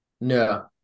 No